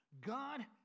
God